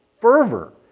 fervor